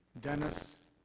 Dennis